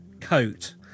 coat